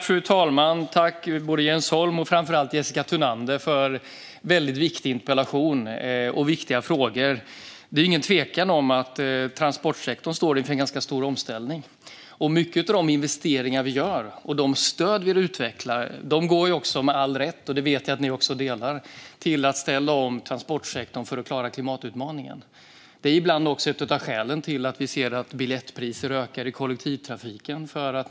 Fru talman! Tack, Jens Holm och framför allt Jessica Thunander, för en väldigt viktig interpellation och viktiga frågor! Det råder ingen tvekan om att transportsektorn står inför en ganska stor omställning, och mycket av de investeringar vi gör och de stöd vi utvecklar går med all rätt - jag vet att ni håller med om detta - till att ställa om transportsektorn för att klara klimatutmaningen. Detta är ibland också ett av skälen till att biljettpriser ökar i kollektivtrafiken.